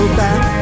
back